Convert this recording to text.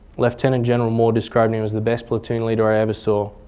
lieutenant general moore described him as the best platoon leader i ever saw.